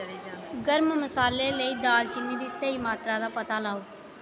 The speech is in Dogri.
गरम मसाले लेई दालचीनी दी स्हेई मात्रा दा पता लाओ